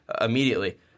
immediately